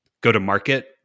go-to-market